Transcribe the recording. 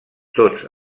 tots